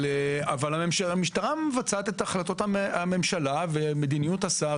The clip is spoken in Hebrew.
גם היום המשטרה מבצעת את החלטות הממשלה ומדיניות השר.